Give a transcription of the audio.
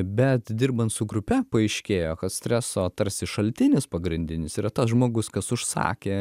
bet dirbant su grupe paaiškėjo kad streso tarsi šaltinis pagrindinis yra tas žmogus kas užsakė